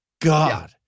God